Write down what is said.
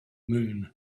moon